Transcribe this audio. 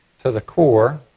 to the core.